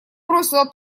бросила